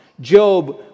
Job